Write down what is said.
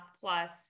plus